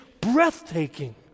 breathtaking